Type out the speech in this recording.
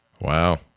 Wow